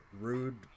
rude